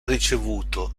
ricevuto